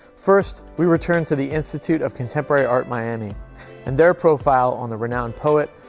first, we return to the institute of contemporary art, miami and their profile on the renowned poet,